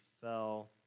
fell